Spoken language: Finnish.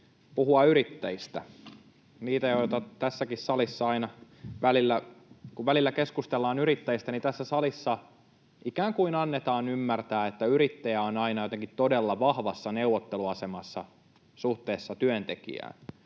puhua yrittäjistä. Kun keskustellaan yrittäjistä, niin tässä salissa ikään kuin annetaan ymmärtää, että yrittäjä on aina jotenkin todella vahvassa neuvotteluasemassa suhteessa työntekijään.